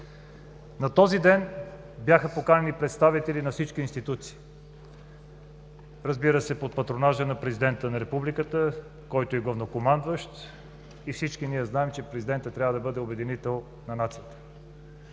На този ден бяха поканени представители на всички институции, разбира се, под патронажа на президента на републиката, който е главнокомандващ и всички ние знаем, че трябва да бъде обединител на нацията.